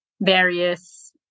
various